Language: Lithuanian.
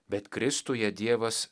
bet kristuje dievas